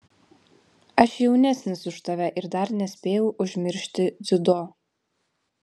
aš jaunesnis už tave ir dar nespėjau užmiršti dziudo